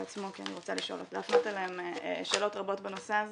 בעצמו כי אני רוצה להפנות אליהם שאלות רבות בנושא הזה.